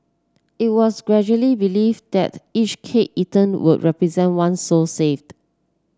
it was gradually believed that each cake eaten would represent one soul saved